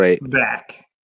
back